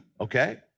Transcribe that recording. Okay